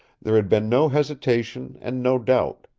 there had been no hesitation and no doubt.